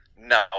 No